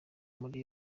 muri